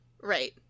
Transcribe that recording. right